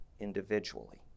individually